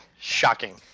Shocking